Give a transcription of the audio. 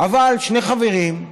שני חברים,